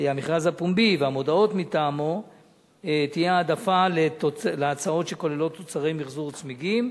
הפומבי ובמודעות מטעמו תהיה העדפה להצעות שכוללות תוצרי מיחזור צמיגים